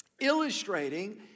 illustrating